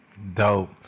Dope